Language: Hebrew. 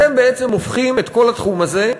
אתם בעצם הופכים את כל התחום הזה,